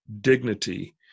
dignity